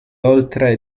oltre